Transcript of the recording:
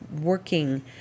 working